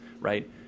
right